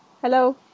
Hello